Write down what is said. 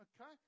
Okay